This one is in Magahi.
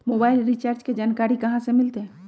मोबाइल रिचार्ज के जानकारी कहा से मिलतै?